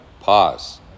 Pause